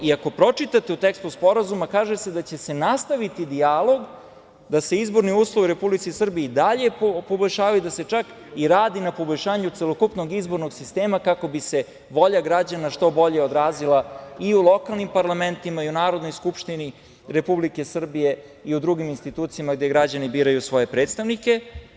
Ako pročitate u tekstu sporazuma, kaže se da će se nastaviti dijalog da se izborni uslovi u Republici Srbiji i dalje poboljšavaju, da se čak i radi na poboljšanju celokupnog izbornog sistema, kako bi se volja građana što bolje odrazila i u lokalnim parlamentima i u Narodnoj skupštini Republike Srbije i u drugim institucijama gde građani biraju svoje predstavnike.